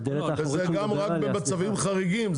זה במצבים חריגים.